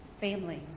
families